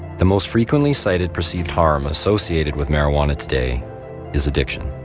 the most frequently-cited perceived harm associated with marijuana today is addiction.